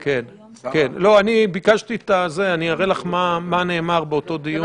אני אראה לך מה נאמר באותו דיון